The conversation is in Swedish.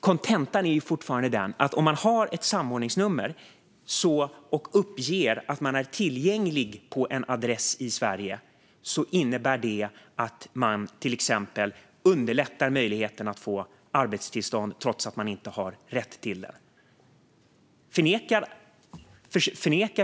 Kontentan är fortfarande att om man har ett samordningsnummer och uppger att man är tillgänglig på en adress i Sverige innebär det att man till exempel underlättar möjligheten att få arbetstillstånd trots att man inte har rätt till det.